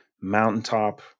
mountaintop